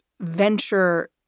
venture